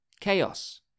Chaos